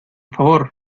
favor